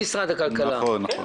נקודה